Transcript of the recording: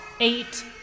eight